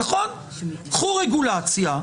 זה לקחת רגולציה,